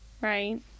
right